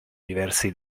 diversi